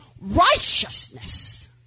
righteousness